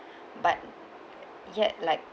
but yet like